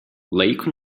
lake